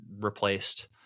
replaced